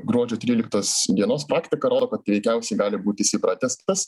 gruodžio tryliktos dienos praktika rodo kad veikiausiai gali būti jisai pratęstas